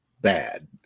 bad